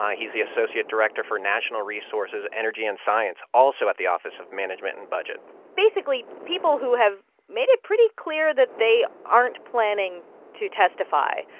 he's the associate director for national resources energy and science, also at the office of management and budget basically, people who have made it pretty clear that they aren't planning to testify,